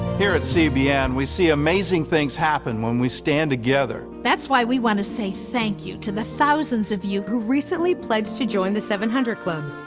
here at cbn, we see amazing things happen when we stand together. that's why we want to say thank you to the thousands of you. who recently pledged to join the seven hundred club.